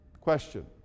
Question